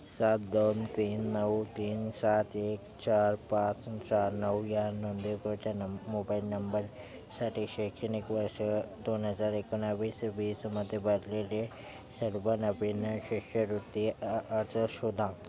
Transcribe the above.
सात दोन तीन नऊ तीन सात एक चार पाच चार नऊ या नोंदणीकृत नं मोबाईल नंबर साठी शैक्षणिक वर्ष दोन हजार एकोणावीस ते वीसमध्येे भरलेले सर्व नवीन शिष्यवृत्ती अर्ज शोधा